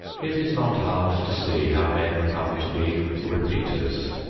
it is not hard to see how men come to be repeaters.